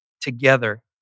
together